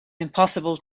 impossible